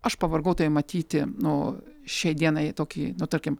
aš pavargau tave matyti nu šiai dienai tokį nu tarkim